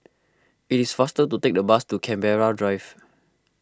it is faster to take the bus to Canberra Drive